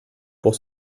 pour